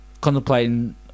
contemplating